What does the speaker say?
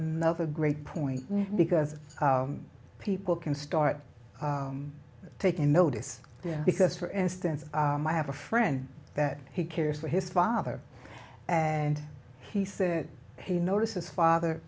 another great point because people can start taking notice yeah because for instance i have a friend that he cares for his father and he said he notices father